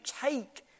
take